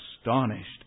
astonished